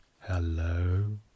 Hello